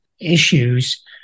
issues